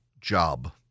job